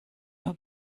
nur